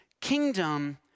kingdom